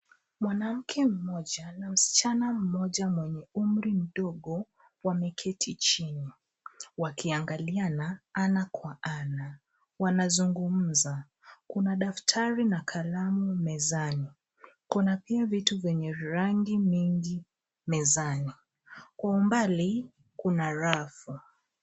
Mwanamke mmoja na msichana mmoja mwenye umri mdogo wameketi chini wakiangaliana ana kwa ana. Wanazungumza. Kuna daftari na kalamu mezani. Kuna pia vitu vyenye rangi mingi mezani. Kwa umbali, kuna rafu.